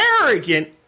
arrogant